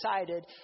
excited